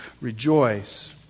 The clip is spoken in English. rejoice